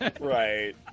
Right